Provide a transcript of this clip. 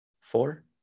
four